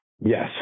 Yes